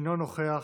אינו נוכח.